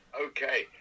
okay